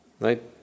Right